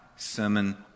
Sermon